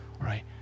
right